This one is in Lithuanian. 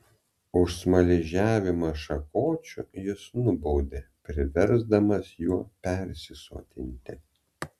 už smaližiavimą šakočiu jis nubaudė priversdamas juo persisotinti